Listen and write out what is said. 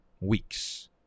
weeks